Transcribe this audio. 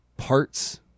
parts